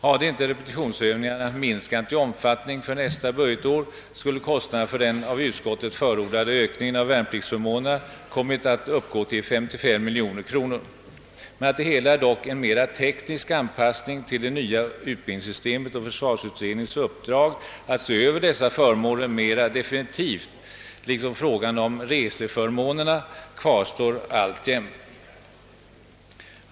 Hade inte repetitionsövningarna minskat i omfattning för nästa budgetår, skulle kostnaderna för den av utskottet förordade ökningen av värnpliktsförmånerna kommit att uppgå till 55 miljoner kronor. Det hela är dock mera en teknisk anpassning till det nya utbildningssystemet, och försvarsutredningens uppdrag att se över dessa förmåner mera definitivt liksom frågan om reseförmånerna kvarstår alltjämt.